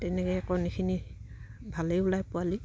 তেনেকে কণীখিনি ভালেই ওলাই পোৱালি